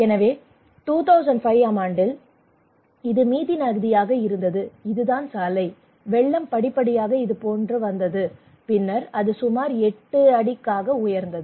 எனவே 2005 ஆம் ஆண்டில் இது மிதி நதியாக இருந்தது இதுதான் சாலை வெள்ளம் படிப்படியாக இதுபோன்று வந்தது பின்னர் அது சுமார் 8 ஆக உயர்ந்தது